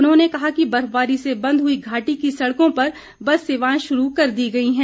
उन्होंने कहा कि बर्फबारी से बंद हुई घाटी की सड़कों पर बस सेवाएं शुरू कर दी गई हैं